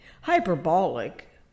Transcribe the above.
Hyperbolic